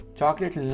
chocolate